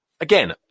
again